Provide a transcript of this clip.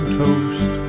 toast